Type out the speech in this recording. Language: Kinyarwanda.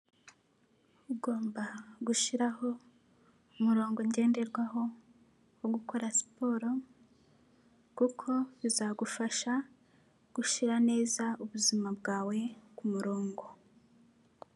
Ugomba gushiraho umurongo ngenderwaho wo gukora siporo kuko bizagufasha gushira neza ubuzima bwawe kumurongo.